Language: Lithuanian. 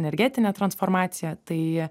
energetinę transformaciją tai